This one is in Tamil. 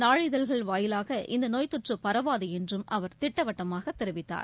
நாளிதழ்கள் வாயிலாக இந்த நோய்த்தொற்று பரவாது என்றும் அவர் திட்டவட்டமாக தெரிவித்தார்